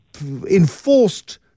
enforced